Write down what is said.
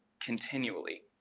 continually